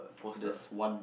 so that's one